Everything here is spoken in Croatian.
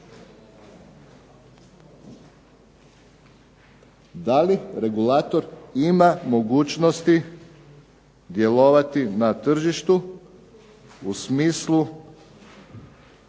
Da li regulator ima mogućnosti djelovati na tržištu u smislu